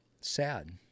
Sad